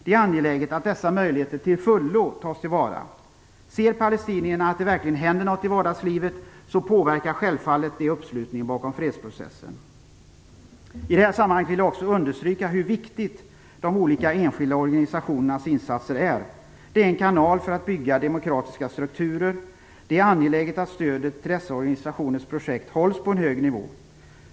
Det är angeläget att dessa möjligheter till fullo tas till vara. Ser palestinierna att det verkligen händer något i vardagslivet, så påverkar självfallet det uppslutningen bakom fredsprocessen. I det här sammanhanget vill jag också understryka hur viktiga de olika enskilda organisationernas insatser är. De är en kanal för att bygga demokratiska strukturer. Det är angeläget att stödet till dessa organisationers projekt hålls på en hög nivå.